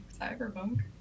cyberpunk